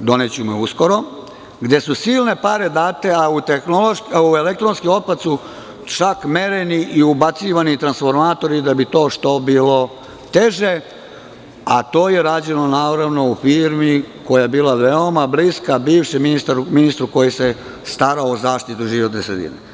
doneću mu je uskoro, gde su silne pare date, a u elektronski otpad su čak ubacivani i transformatori, da bi to bilo što teže, a to je rađeno, naravno, u firmi koja je bila veoma bliska bivšem ministru koji se starao za zaštitu životne sredine.